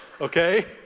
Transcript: Okay